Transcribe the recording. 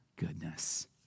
Goodness